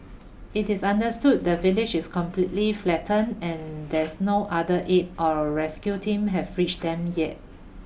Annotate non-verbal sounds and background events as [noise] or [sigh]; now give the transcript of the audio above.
it is understood the village is completely flattened and there's no other aid or rescue team have [unintelligible] them yet